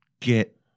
Get